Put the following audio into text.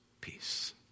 peace